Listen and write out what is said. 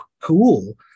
cool